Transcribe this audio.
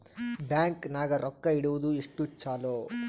Bank ನಾಗ ರೊಕ್ಕ ಇಡುವುದು ಎಷ್ಟು ಚಲೋ?